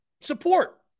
support